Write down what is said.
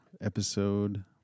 episode